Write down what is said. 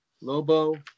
Lobo